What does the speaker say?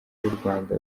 rwanda